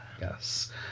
yes